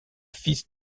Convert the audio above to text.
fils